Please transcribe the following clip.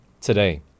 today